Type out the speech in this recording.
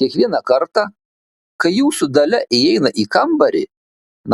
kiekvieną kartą kai jūsų dalia įeina į kambarį